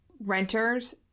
renters